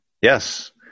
Yes